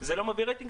זה לא מביא רייטינג,